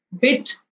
bit